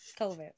COVID